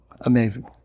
Amazing